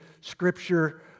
scripture